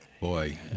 boy